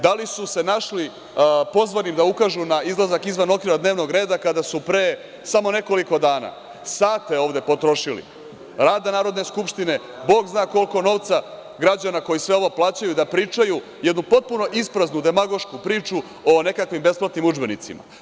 Da li su se našli pozvani da ukažu na izlazak izvan okvira dnevnog reda kada su pre samo nekoliko dana sate ovde potrošili rada Narodne skupštine, bog zna koliko novca građana koji sve ovo plaćaju, da pričaju jednu potpuno ispravnu demagošku priču o nekakvim besplatnim udžbenicima?